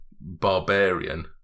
Barbarian